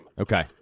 Okay